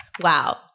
Wow